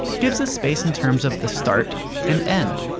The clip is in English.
gives us space in terms of the start and end.